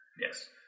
Yes